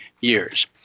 years